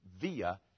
via